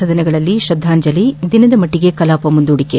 ಸದನಗಳಲ್ಲಿ ಶ್ರದ್ದಾಂಜಲಿ ದಿನದ ಮಟ್ಟಗೆ ಕಲಾಪ ಮುಂದೂಡಿಕೆ